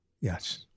Yes